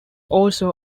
also